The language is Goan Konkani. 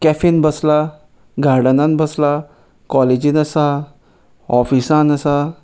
कॅफेन बसला गार्डनान बसला कॉलेजींत आसा ऑफिसान आसा